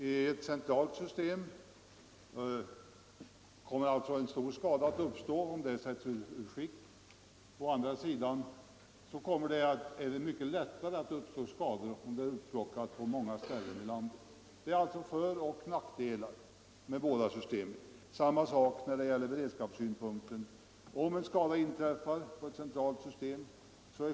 Om ett centralt system sätts ur skick kommer stor skada att uppstå, men det är enklare att bevaka ett sådant system.